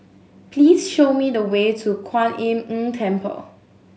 please show me the way to Kuan Im Tng Temple